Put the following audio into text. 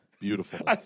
Beautiful